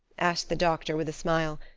asked the doctor, with a smile,